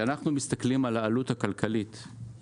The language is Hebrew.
העלות הכלכלית למשק,